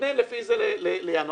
יתכוונן לפי זה לינואר?